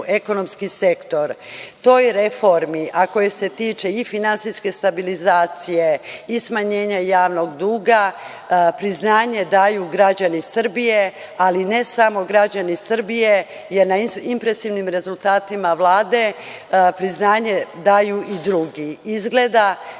ekonomski sektor. Toj reformi, a koja se tiče i finansijske stabilizacije i smanjenja javnog duga, priznanje daju građani Srbije, ali ne samo građani Srbije, jer na impresivnim rezultatima Vlade priznanje daju i drugi. Izgleda